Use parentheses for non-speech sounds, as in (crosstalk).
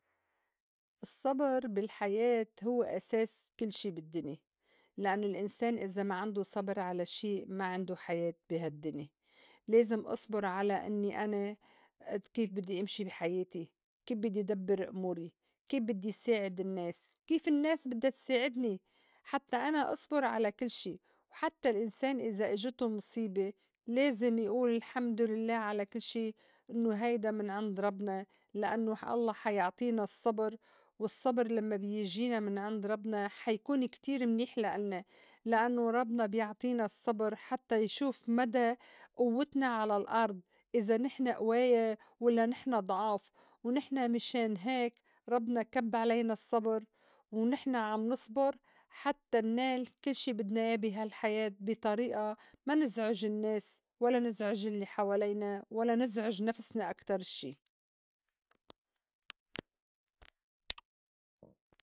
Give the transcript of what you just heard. الصّبر بالحياة هوّ أساس كل شي بالدّني لإنّو الإنسان إذا ما عندو صبر على شي ما عندو حياة بي هالدّني لازم أصبُر على إنّي أنا كيف بدّي إمشي بي حياتي، كيف بدّي دبّر أموري، كيف بدّي ساعد النّاس، كيف النّاس بدّا تساعدني، حتّى أنا أصبر على كل شي حتّى الأنسان إذا إجتو مصيبة لازم يئول الحمد لله على كل شي إنّو هيدا من عند ربنا لإنّو الله حيعطينا الصّبر والصّبر لمّا بيجينا من عند ربنا حيكون كتير منيح لإلنا لأنّو ربنا بيعطينا الصّبر حتّى يشوف مدى ئوّتنا على الأرض إذا نحن أوايا ولّا نحن ضعاف، ونحن من شان هيك ربنا كب علينا الصّبر ونحن عم نصبر حتّى انّال كل شي بدنا ياه بي هالحياة بي طريئة ما نزعج النّاس ولا نزعج الّي حوالينا ولا نزعُج نفسنا أكتر شي. (noise)